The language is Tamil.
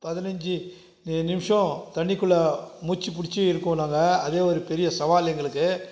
பதினஞ்சு நிமிஷம் தண்ணிக்குள்ளே மூச்சு பிடிச்சு இருக்குவோம் நாங்கள் அதே ஒரு பெரிய சவால் எங்களுக்கு